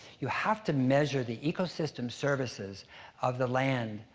you have to measure the ecosystem services of the land,